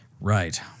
right